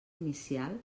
inicial